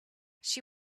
she